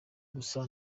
gusa